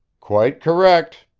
quite correct,